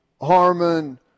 Harmon